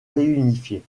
réunifié